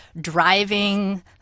driving